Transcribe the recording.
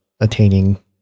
attaining